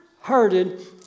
hearted